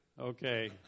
Okay